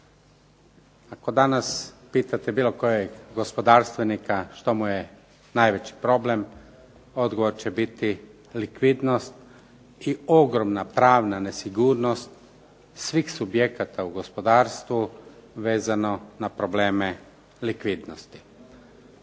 Ako danas pitate bilo kojeg gospodarstvenika što mu je najveći problem, odgovor će biti likvidnost i ogromna pravna nesigurnost svih subjekata u gospodarstvu vezano na probleme likvidnosti.